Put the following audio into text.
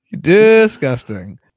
Disgusting